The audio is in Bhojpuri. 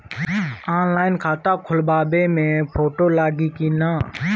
ऑनलाइन खाता खोलबाबे मे फोटो लागि कि ना?